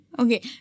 Okay